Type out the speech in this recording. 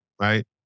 Right